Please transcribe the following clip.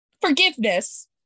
forgiveness